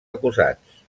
acusats